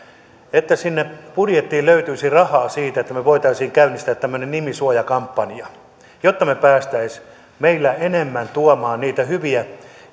että sinne budjettiin löytyisi rahaa siihen että me me voisimme käynnistää tämmöisen nimisuojakampanjan jotta me pääsisimme meillä enemmän tuomaan niitä hyviä